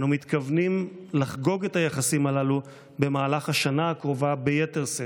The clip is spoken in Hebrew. אנו מתכוונים לחגוג את היחסים הללו במהלך השנה הקרובה ביתר שאת.